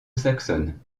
saxonne